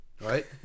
right